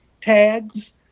tags